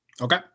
Okay